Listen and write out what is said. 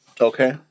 Okay